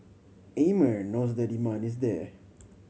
Amer knows the demand is there